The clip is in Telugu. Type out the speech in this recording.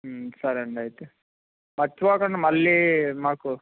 సరే అండి అయితే మర్చిపోకండి మళ్ళీ మాకు